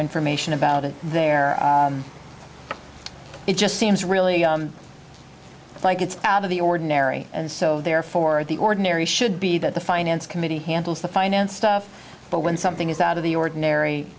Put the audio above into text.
information about it there it just seems really it's like it's out of the ordinary and so therefore the ordinary should be that the finance committee handles the finance stuff but when something is out of the ordinary